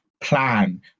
plan